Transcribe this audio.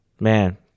Man